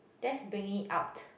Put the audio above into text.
that's bring it out